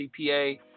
CPA